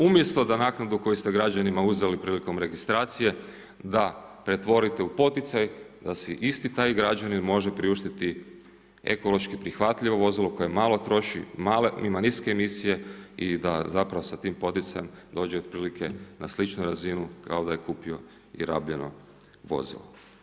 Umjesto da naknadu koju ste građanima uzeli prilikom registracije da pretvorite u poticaj da si isti taj građanin može priuštiti ekološki prihvatljivo vozilo koje malo troši ima niske emisije i da sa tim poticajem dođe otprilike na sličnu razinu kao da je kupio i rabljeno vozilo.